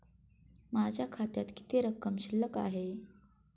माझ्या खात्यात किती रक्कम शिल्लक आहे?